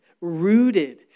rooted